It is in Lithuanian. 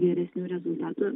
geresnių rezultatų